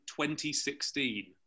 2016